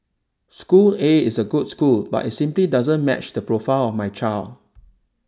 school A is a good school but it simply doesn't match the profile of my child